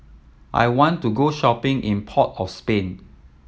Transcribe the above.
I want to go shopping in Port of Spain